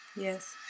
Yes